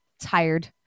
tired